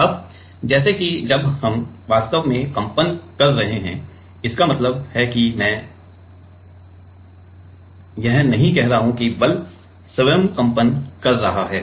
अब जैसे कि जब हम वास्तव में कंपन कर रहे हैं इसका मतलब है कि मैं यह नहीं कह रहा हूं कि बल स्वयं कंपन कर रहा है